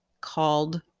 called